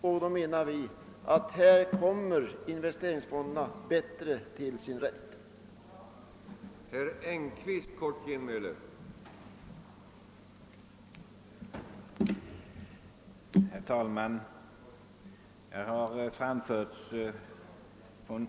Vi anser att investerings fonderna kommer bättre till sin rätt i dessa områden.